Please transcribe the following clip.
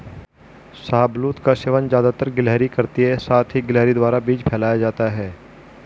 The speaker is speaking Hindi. शाहबलूत का सेवन ज़्यादातर गिलहरी करती है साथ ही गिलहरी द्वारा बीज फैलाया जाता है